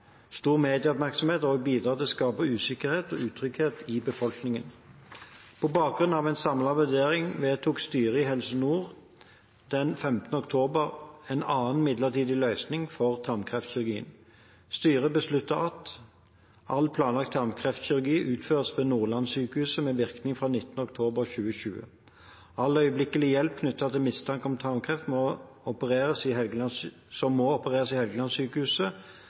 Stor medieoppmerksomhet vil også bidra til å skape usikkerhet og utrygghet i befolkningen. På bakgrunn av en samlet vurdering vedtok styret i Helse Nord den 15. oktober en annen midlertidig løsning for tarmkreftkirurgi. Styret besluttet at all planlagt tarmkreftkirurgi skal utføres ved Nordlandssykehuset med virkning fra 19. oktober 2020. All øyeblikkelig hjelp knyttet til mistanke om tarmkreft som må opereres i Helgelandssykehuset, skal skje etter forutgående konsultasjon med Nordlandssykehuset og/eller Universitetssykehuset i